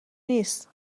نیست